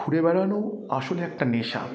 ঘুরে বেড়ানোও আসলে একটা নেশা